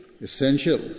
essential